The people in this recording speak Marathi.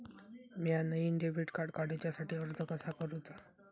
म्या नईन डेबिट कार्ड काडुच्या साठी अर्ज कसा करूचा?